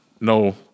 no